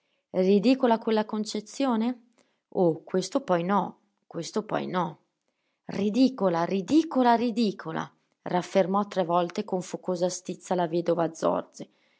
ridicola quella concezione oh questo poi no questo poi no ridicola ridicola ridicola raffermò tre volte con focosa stizza la vedova zorzi